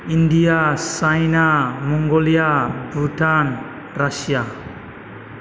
India China Mongolia Bhutan Russia